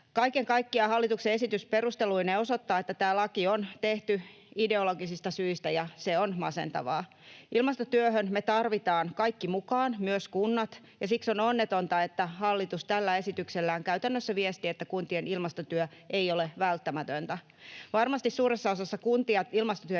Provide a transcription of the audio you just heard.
Kaiken kaikkiaan hallituksen esitys perusteluineen osoittaa, että tämä laki on tehty ideologisista syistä, ja se on masentavaa. Ilmastotyöhön me tarvitaan kaikki mukaan, myös kunnat, ja siksi on onnetonta, että hallitus tällä esityksellään käytännössä viestii, että kuntien ilmastotyö ei ole välttämätöntä. Varmasti suuressa osassa kuntia ilmastotyö